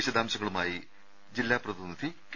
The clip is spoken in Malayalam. വിശദാംശങ്ങളുമായി ജില്ലാ പ്രതിനിധി കെ